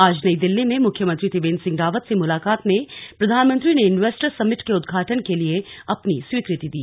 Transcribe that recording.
आज नई दिल्ली में मुख्यमंत्री त्रिवेन्द्र सिंह रावत से मुलाकात में प्रधानमंत्री ने इन्वेस्टर्स समिट के उद्घाटन के लिए अपनी स्वीकृति दी